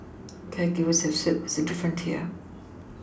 caregivers have said that it's different here